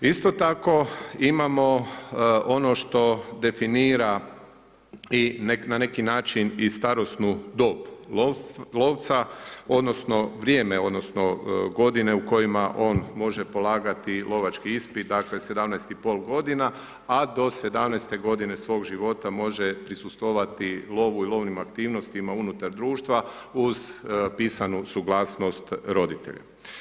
Isto tako, imamo ono što definira i na neki način i starosnu dob lovca odnosno vrijeme odnosno godine u kojima on može polagati lovački ispit, dakle 17,5 g. a do 17 g. svog života može prisustvovati lovu i lovnim aktivnostima unutar društva uz pisanu suglasnost roditelja.